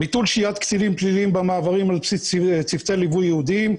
ביטול שהיית עצירים פליליים במעברים על בסיס צוותי ייעודיים.